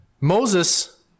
Moses